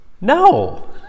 No